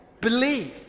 believe